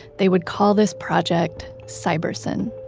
they would call this project cybersyn